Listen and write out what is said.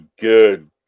good